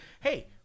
hey